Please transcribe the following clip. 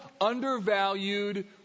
undervalued